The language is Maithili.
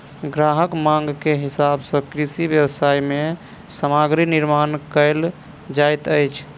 ग्राहकक मांग के हिसाब सॅ कृषि व्यवसाय मे सामग्री निर्माण कयल जाइत अछि